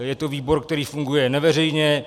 Je to výbor, který funguje neveřejně.